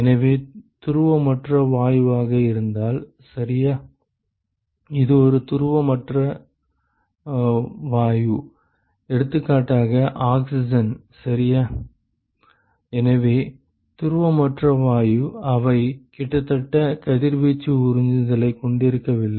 எனவே துருவமற்ற வாயுவாக இருந்தால் சரியா இது ஒரு துருவமற்ற வாயு எடுத்துக்காட்டாக ஆக்ஸிஜன் சரியா எனவே துருவமற்ற வாயு அவை கிட்டத்தட்ட கதிர்வீச்சு உறிஞ்சுதலைக் கொண்டிருக்கவில்லை